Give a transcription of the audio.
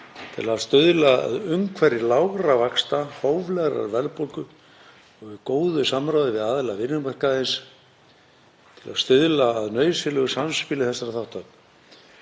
til að stuðla að umhverfi lágra vaxta, hóflegrar verðbólgu og góðu samráði við aðila vinnumarkaðarins til að stuðla að nauðsynlegu samspili þessara þátta.“